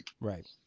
right